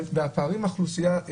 והפערים באוכלוסייה,